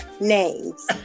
names